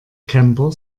camper